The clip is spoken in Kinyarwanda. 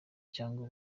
cyangwa